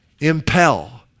Impel